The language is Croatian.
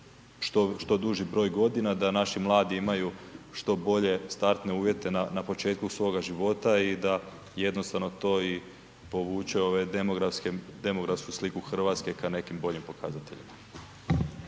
što duži broj godina, da naši mladi imaju što bolje startne uvjete na početku svoga života i da jednostavno to i povuče ovu demografsku sliku Hrvatske ka nekim boljim pokazateljima.